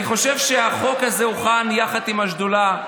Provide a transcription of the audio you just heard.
אני חושב שהחוק הזה הוכן יחד עם השדולה,